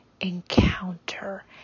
encounter